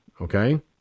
Okay